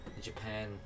Japan